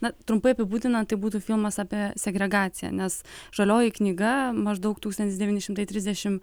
na trumpai apibūdinant tai būtų filmas apie segregaciją nes žalioji knyga maždaug tūkstantis devyni šimtai trisdešimt